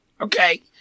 Okay